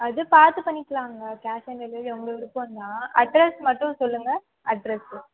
அது பார்த்து பண்ணிக்கலாங்க கேஷ் ஆன் டெலிவரி உங்கள் விரும்பந்தான் அட்ரஸ் மட்டும் சொல்லுங்கள் அட்ரஸு